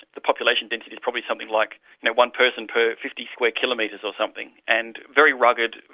the population density is probably something like one person per fifty square kilometres or something, and very rugged,